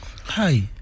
Hi